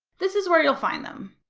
this is where you will find them.